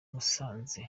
musanze